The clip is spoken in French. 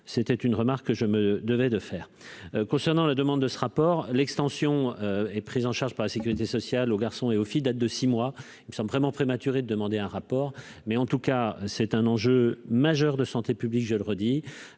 c'était une remarque, je me devais de faire concernant la demande de ce rapport, l'extension et pris en charge par la Sécurité sociale aux garçons et aux filles date de 6 mois, il me semble vraiment prématuré de demander un rapport mais en tout cas c'est un enjeu majeur de santé publique, je le redis,